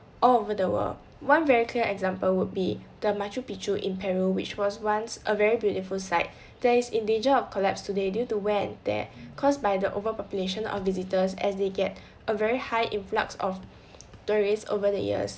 all over the world one very clear example would be the machu picchu in peru which was once a very beautiful site there is in danger of collapse today due to wear and tear caused by the overpopulation of visitors as they get a very high influx of tourists over the years